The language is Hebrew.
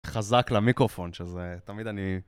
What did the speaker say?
חזק למיקרופון שזה, תמיד אני...